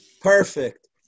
Perfect